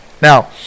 Now